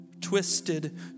twisted